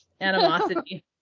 animosity